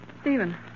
Stephen